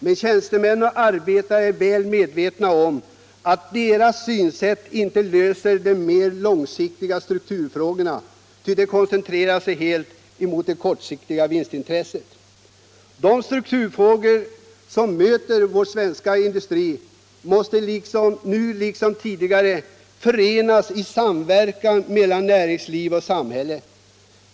men tjänstemän och arbetare är väl medvetna om att det synsättet inte bidrar till att lösa de mera långsiktiga strukturproblemen — det koncentrerar intresset helt till den kortsiktiga vinsten. De strukturproblem som möter vår svenska industri måste nu liksom tidigare lösas i samverkan mellan näringsliv och samhälle.